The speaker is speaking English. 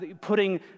putting